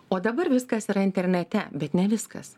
o dabar viskas yra internete bet ne viskas